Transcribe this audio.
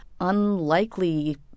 unlikely